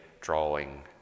drawing